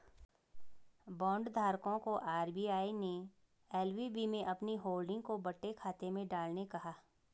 bond धारकों को RBI ने एल.वी.बी में अपनी होल्डिंग को बट्टे खाते में डालने कहा